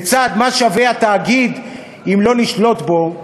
לצד "מה שווה התאגיד אם לא נשלוט בו",